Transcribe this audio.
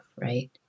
right